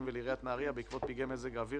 ולעיריית נהריה בעקבות פגעי מזג האוויר